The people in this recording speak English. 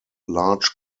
large